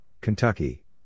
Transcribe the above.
Kentucky